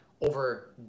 over